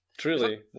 Truly